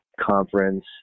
conference